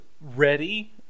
ready